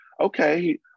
okay